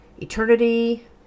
eternity